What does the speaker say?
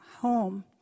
home